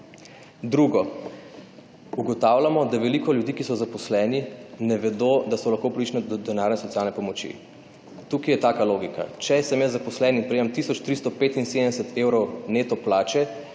Drugo: ugotavljamo, da veliko ljudi, ki so zaposleni, ne vedo, da so lahko upravičeni do denarne socialne pomoči. Tukaj je taka logika: če se nezaposleni /nerazumljivo/ tisoč 375 evrov neto plače,